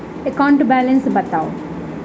account balance बताउ